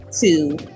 two